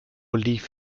lief